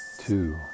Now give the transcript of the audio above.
two